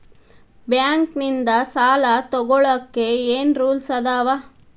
Bank ನಿಂದ್ ಸಾಲ ತೊಗೋಳಕ್ಕೆ ಏನ್ ರೂಲ್ಸ್ ಅದಾವ?